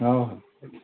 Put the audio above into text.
ହଉ